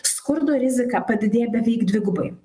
skurdo rizika padidėja beveik dvigubai